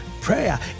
Prayer